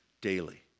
daily